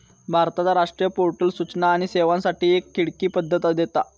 भारताचा राष्ट्रीय पोर्टल सूचना आणि सेवांसाठी एक खिडकी पद्धत देता